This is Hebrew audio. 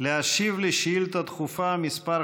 להשיב על שאילתה דחופה מס'